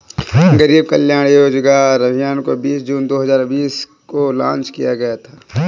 गरीब कल्याण रोजगार अभियान को बीस जून दो हजार बीस को लान्च किया गया था